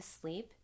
sleep